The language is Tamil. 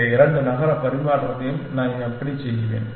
இந்த இரண்டு நகர பரிமாற்றத்தையும் நான் எப்படி செய்வேன்